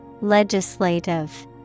Legislative